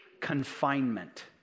confinement